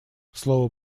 слово